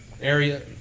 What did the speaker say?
Area